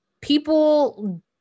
people